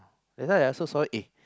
that's why I also saw it eh